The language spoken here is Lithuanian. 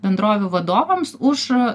bendrovių vadovams už